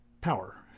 power